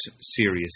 serious